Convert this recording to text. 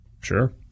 Sure